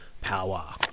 power